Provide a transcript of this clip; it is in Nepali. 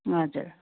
हजुर